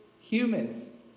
humans